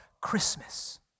Christmas